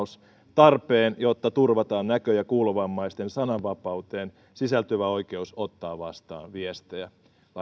tarpeen jotta turvataan näkö ja kuulovammaisten sananvapauteen sisältyvä oikeus ottaa vastaan viestejä